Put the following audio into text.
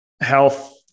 health